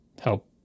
help